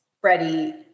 Freddie